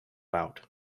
out